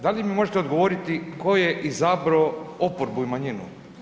Da li mi možete odgovoriti ko je izabrao oporbu i manjinu?